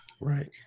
Right